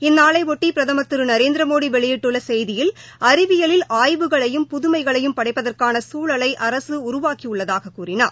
இந்நாளைபொட்டி பிரதமர் திரு நரேந்திரமோடி வெளியிட்டுள்ள செய்தியில் அறிவியலில் ஆய்வுகளையும் புதுமைகளையும் படைப்பதற்கான சூழலை அரசு உருவாக்கியுள்ளதாகக் கூறியுள்ளார்